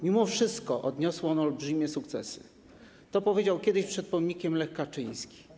Mimo wszystko odniosło ono olbrzymie sukcesy - to powiedział kiedyś przed pomnikiem Lech Kaczyński.